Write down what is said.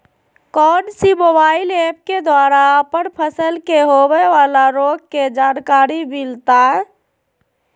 कौन सी mobile app के द्वारा अपन फसल के होबे बाला रोग के जानकारी मिलताय?